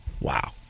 Wow